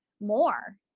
more